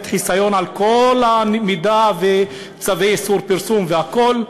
חיסיון לכל המידע וצווי איסור פרסום והכול,